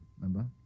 Remember